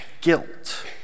guilt